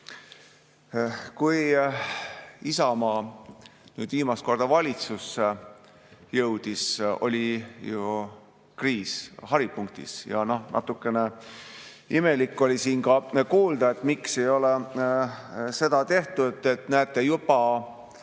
Kui Isamaa viimast korda valitsusse jõudis, oli kriis haripunktis. Natukene imelik oli siin kuulda, et miks ei ole seda tehtud, et näete, juba